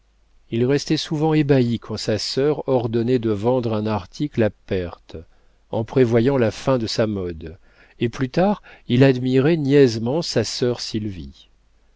il restait souvent ébahi quand sa sœur ordonnait de vendre un article à perte en prévoyant la fin de sa mode et plus tard il admirait niaisement sa sœur sylvie